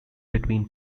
between